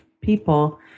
people